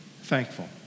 thankful